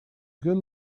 good